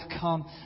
come